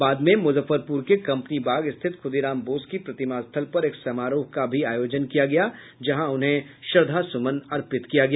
बाद में मुजफ्फरपुर के कंपनी बाग स्थित खुदीराम बोस की प्रतिमा स्थल पर एक समारोह आयोजित कर उन्हें श्रद्धा सुमन आर्पित किया गया